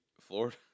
Florida